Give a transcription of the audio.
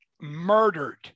murdered